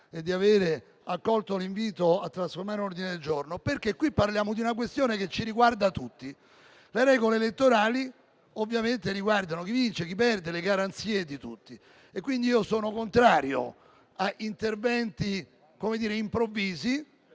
e di aver accolto l'invito a trasformare l'emendamento in ordine del giorno, perché parliamo di una questione che ci riguarda tutti. Le regole elettorali ovviamente riguardano chi vince, chi perde e le garanzie di tutti; pertanto io sono contrario a interventi improvvisi